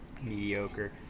mediocre